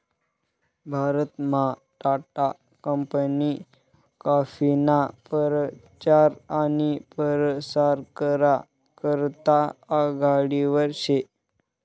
भारतमा टाटा कंपनी काफीना परचार आनी परसार करा करता आघाडीवर शे